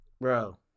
Bro